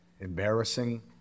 Embarrassing